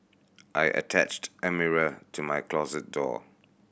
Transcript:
I attached a mirror to my closet door